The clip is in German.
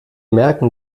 merken